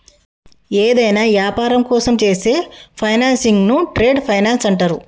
యేదైనా యాపారం కోసం చేసే ఫైనాన్సింగ్ను ట్రేడ్ ఫైనాన్స్ అంటరు